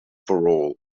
parole